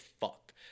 fuck